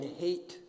hate